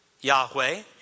Yahweh